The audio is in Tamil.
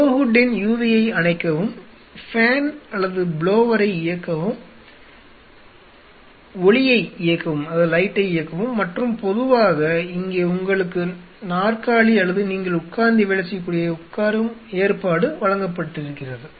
ஃப்ளோ ஹூட்டின் UV ஐ அணைக்கவும் ஃபேன் அல்லது ப்ளோவெரை இயக்கவும் ஒளியை இயக்கவும் மற்றும் பொதுவாக இங்கே உங்களுக்கு நாற்காலி அல்லது நீங்கள் உட்கார்ந்து வேலை செய்யக்கூடிய உட்காரும் ஏற்பாடு வழங்கப்படுகிறது